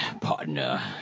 partner